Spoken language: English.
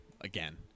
again